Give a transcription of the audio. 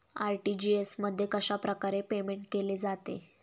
RTGS मध्ये कशाप्रकारे payment केले जाते?